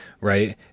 right